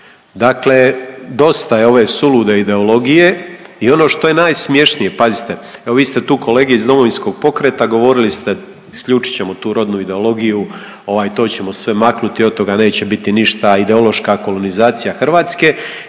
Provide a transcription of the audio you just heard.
Dakle dosta je ove sulude ideologije i ono što je najsmješnije, pazite, evo, vi ste tu kolege iz Domovinskog pokreta, govorili ste, isključit ćemo tu rodnu ideologiju, ovaj, to ćemo sve maknuti, od toga neće biti ništa, ideološka kolonizacija Hrvatske